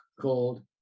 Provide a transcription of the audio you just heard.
called